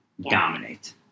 dominate